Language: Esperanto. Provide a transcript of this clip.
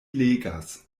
legas